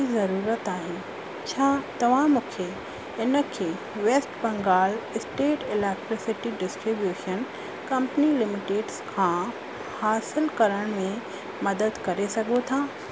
जी ज़रूरत आहे छा तव्हां मूंखे हिन खे west Bengal state electricity distribution company limited खां हासिलु करण में मदद करे सघो था